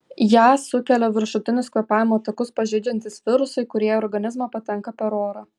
ją sukelia viršutinius kvėpavimo takus pažeidžiantys virusai kurie į organizmą patenka per orą